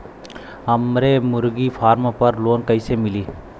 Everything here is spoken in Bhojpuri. हमरे मुर्गी फार्म पर लोन कइसे मिली?